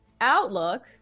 outlook